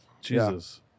Jesus